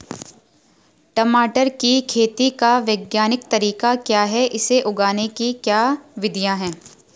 टमाटर की खेती का वैज्ञानिक तरीका क्या है इसे उगाने की क्या विधियाँ हैं?